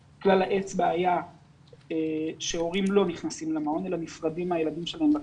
האצבע היה שהורים לא נכנסים למעון אלא נפרדים מהילדים שלהם בכניסה.